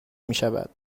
میشود